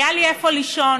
היה לי איפה לישון,